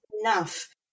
enough